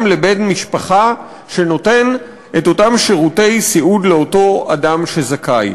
לבן-משפחה שנותן את אותם שירותי סיעוד לאותו אדם שזכאי.